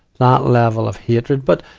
that level of hatred but,